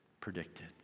predicted